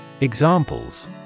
Examples